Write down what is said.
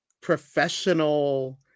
professional